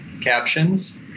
captions